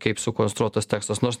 kaip sukonstruotas tekstas nors